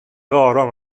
آرام